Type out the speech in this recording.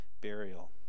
burial